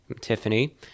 Tiffany